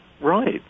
Right